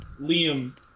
Liam